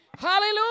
Hallelujah